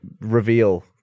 reveal